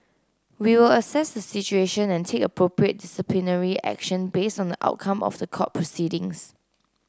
we will assess the situation and take appropriate disciplinary action based on the outcome of the court proceedings